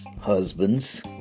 Husbands